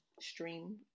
stream